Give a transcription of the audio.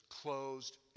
closed